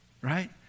right